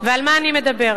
ועל מה אני מדברת?